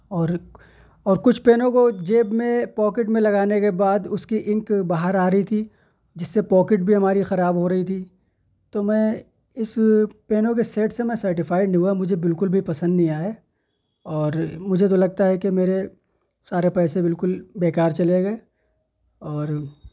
اور اور کچھ پینوں کو جیب میں پاکٹ میں لگانے کے بعد اس کی انک باہر آ رہی تھی جس سے پاکٹ بھی ہماری خراب ہو رہی تھی تو میں اس پینوں کے سیٹ سے میں سیٹسفائیڈ نہیں ہوا مجھے بالکل بھی پسند نہیں آئے اور مجھے تو لگتا ہے کہ میرے سارے پیسے بالکل بیکار چلے گئے اور